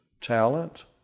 talent